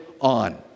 on